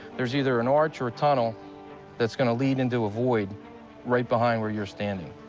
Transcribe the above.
there's either an arch or a tunnel that's gonna lead into a void right behind where you're standing.